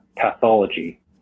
pathology